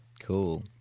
cool